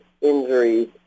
injuries